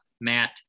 Matt